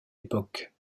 époque